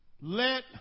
Let